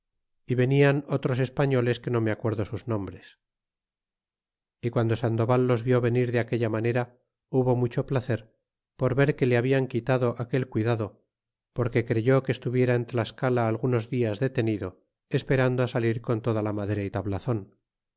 y venian otros espartoles que no me acuerdo sus nombres y piando sandoval los vió venir de aquella manera hubo mucho placer por ver que le habian quitado aquel cuidado porque creyó que estuviera en tlascala algunos dias detenido esperando salir con toda la madera y